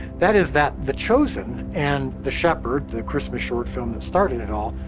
that is that, the chosen and the shepherd, the christmas short film that started it all,